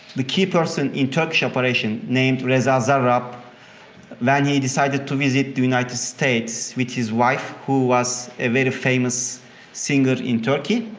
the key person in turkish operation, named reza zarrab when he decided to visit the united states with his wife, who was a very famous singer in turkey.